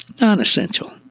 non-essential